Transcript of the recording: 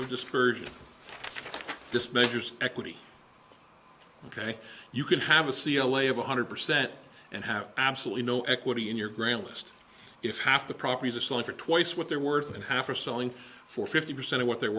and dispersion this measures equity ok you can have a c l a of one hundred percent and have absolutely no equity in your ground list if half the properties are selling for twice what they're worth and half are selling for fifty percent of what they're